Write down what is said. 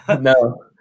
No